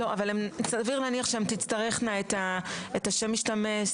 סביר להניח שהן תצטרכנה את שם המשתמש,